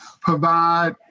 provide